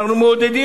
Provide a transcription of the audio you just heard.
אנחנו מעודדים,